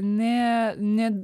ne ne